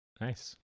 nice